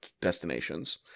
destinations